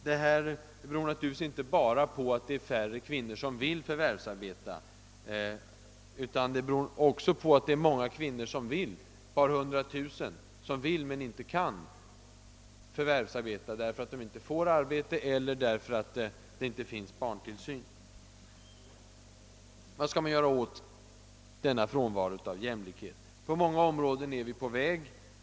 Detta beror naturligtvis inte bara på att det är färre kvinnor som vill förvärvsarbeta, utan det beror också på att ett par hundra tusen kvinnor vill men inte kan förvärvsarbeta, därför att de inte får arbete eller därför att det inte finns barntillsyn. Vad skall man göra åt denna frånvaro av jämlikhet? På många områden är vi på väg mot bättre förhållanden.